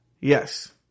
Yes